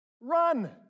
run